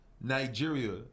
nigeria